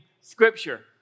Scripture